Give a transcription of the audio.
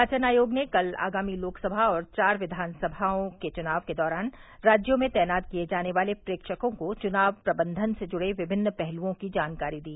निर्वाचन आयोग ने कल आगामी लोकसभा और चार विघानसभाओं के चुनाव के दौरान राज्यों में तैनात किये जाने वाले प्रेक्षकों को चुनाव प्रबंधन से जुड़े विभिन्न पहलुओं की जानकारी दी